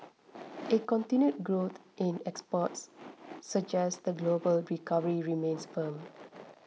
a continued growth in exports suggest the global recovery remains firm